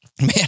man